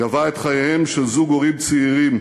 גבה את חייהם של זוג הורים צעירים,